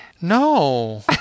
no